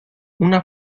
una